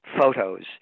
photos